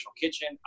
kitchen